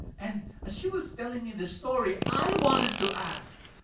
and ah she was telling me this story, i wanted to ask,